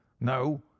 no